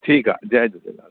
ठीकु आहे जय झूलेलाल